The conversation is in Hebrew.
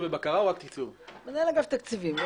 מנהל אגף תקציבים.